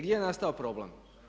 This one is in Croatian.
Gdje je nastao problem?